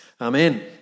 Amen